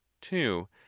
two